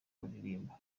baririmba